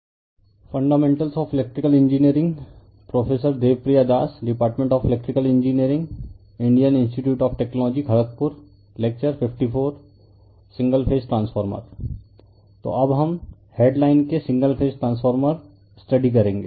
Fundamentals of Electrical Engineering fundamentals of electrical engineering Prof Debapriya Das prof Debapriya Das Department of Electrical Engineering department of electrical engineering Indian institute of Technology Kharagpur Indian institute of technology Kharagpur Lecture - 54 lecture 54 Single Phase Transformer single phase transformer तो अब हम head line के single phase transformer study करेंगे